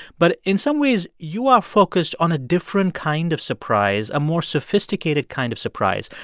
but in some ways, you are focused on a different kind of surprise, a more sophisticated kind of surprise.